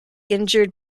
injured